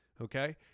okay